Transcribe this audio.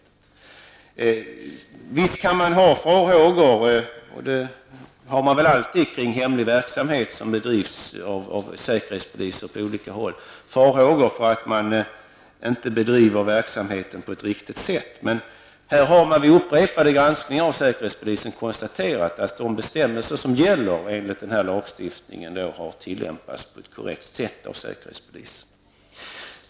Det tycker jag är viktigt att ha i minnet. Visst kan man ha farhågor, och det har man väl alltid kring hemlig verksamhet som bedrivs av säkerhetspolis på olika håll, för att verksamheten inte bedrivs på ett riktigt sätt. Men vid upprepade granskningar har det konstaterats att de bestämmelser som gäller enligt den här lagstiftningen har tillämpats på ett korrekt sätt av säkerhetspolisen.